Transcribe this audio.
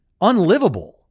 unlivable